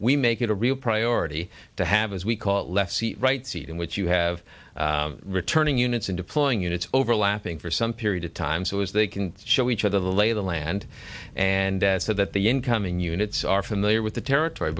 we make it a real priority to have as we call it left right seat in which you have returning units and deploying units overlapping for some period of time so as they can show each other the lay of the land and so that the incoming units are familiar with the territory